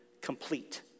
complete